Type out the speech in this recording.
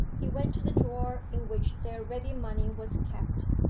he went to the drawer in which their ready-money was kept,